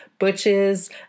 butches